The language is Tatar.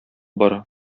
бара